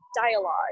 dialogue